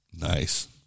Nice